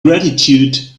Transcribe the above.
gratitude